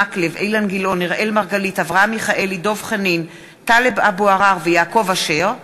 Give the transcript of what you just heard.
גמליאל ואראל מרגלית בנושא: כישלון "שומרי הסף"